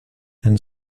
and